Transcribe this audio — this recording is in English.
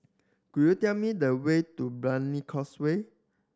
could you tell me the way to Brani Causeway